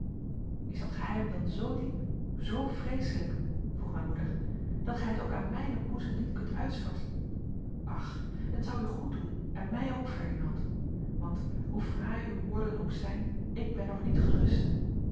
is dat geheim dan zoo diep zoo vreeselijk vroeg mijn moeder dat gij het ook aan mijnen boezem niet kunt uitstorten ach het zou u goeddoen en mij ook ferdinand want hoe fraai uw woorden ook zijn ik ben nog niet gerust